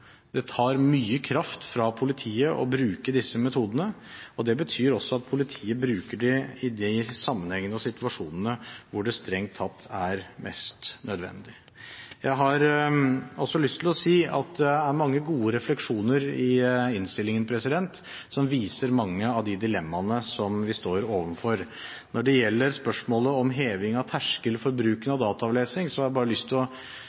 Det tar mye kraft fra politiet å bruke disse metodene, og det betyr også at politiet bruker dem i de sammenhengene og situasjonene hvor det strengt tatt er mest nødvendig. Jeg vil også si at det er mange gode refleksjoner i innstillingen, som viser mange av de dilemmaene vi står overfor. Når det gjelder spørsmålet om heving av terskel for bruken av dataavlesing, har jeg bare lyst til å